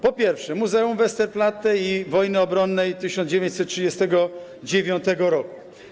Po pierwsze, muzeum Westerplatte i wojny obronnej 1939 r.